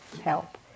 help